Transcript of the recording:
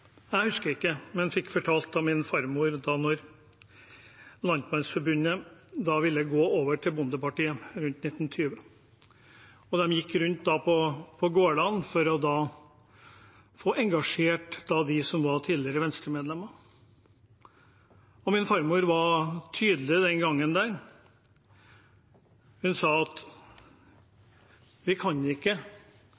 Jeg husker det ikke, men fikk fortalt av min farmor da Landmandsforbundet ville gå over til å bli Bondepartiet rundt 1920, at de gikk rundt på gårdene for å få engasjert dem som var Venstre-medlemmer. Min farmor var tydelig den gangen. Hun sa: